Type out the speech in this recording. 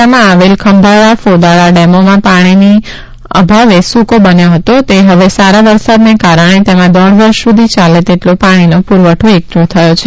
એક સમયે પોરબંદર જિલ્લામાં આવેલ ખંભાળા ફોદાળા ડેમોમાં પાણીના અભાવે સૂકો બન્યા હતો તે હવે સારા વરસાદને કારણે તેમાં દોઢ વર્ષ સુધી યાલે તેટલો પાણીનો પુરવઠો એકઠો થયો છે